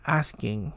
asking